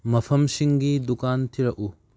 ꯃꯐꯝꯁꯤꯡꯒꯤ ꯗꯨꯀꯥꯟ ꯊꯤꯔꯛꯎ